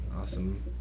awesome